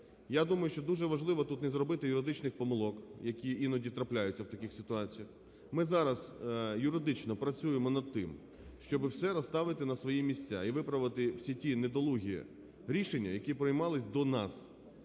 Я думаю, що дуже важливо тут не зробити юридичних помилок, які іноді трапляються в таких ситуаціях. Ми зараз юридично працюємо над тим, щоби все розставити на свої місця і виправити всі ті недолугі рішення, які приймались до нас.